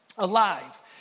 Alive